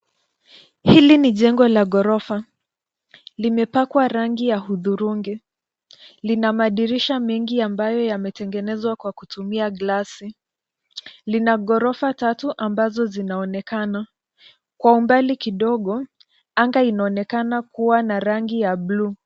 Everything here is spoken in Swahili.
Hili ni jengo la ghorofa. Limepakwa rangi ya hudhurungi. Lina madirisha mengi ambayo yametengenezwa kwa kutumia glasi. Lina ghorofa tatu ambazo zinaonekana. Kwa umbali kidogo, anga inaonekana kuwa na rangi ya bluu.